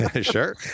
Sure